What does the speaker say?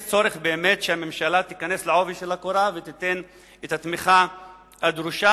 יש צורך שהממשלה תיכנס בעובי הקורה ותיתן את התמיכה הדרושה,